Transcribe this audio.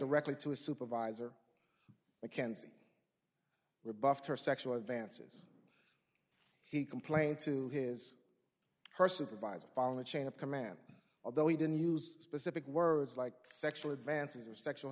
record to a supervisor mckenzie rebuffed her sexual advances he complained to his her supervisor following the chain of command although he didn't use specific words like sexual advances or sexual